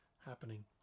happening